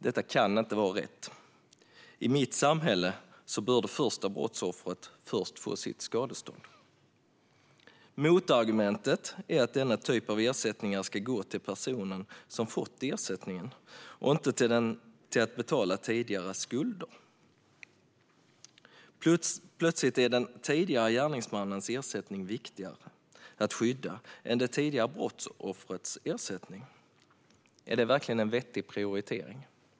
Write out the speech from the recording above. Detta kan inte vara rätt. I mitt samhälle bör det första brottsoffret först få sitt skadestånd. Motargumentet är att denna typ av ersättningar ska gå till personen som har fått ersättningen och inte till att betala tidigare skulder. Plötsligt är den tidigare gärningsmannens ersättning viktigare att skydda än det tidigare brottsoffrets. Är det verkligen en vettig prioritering?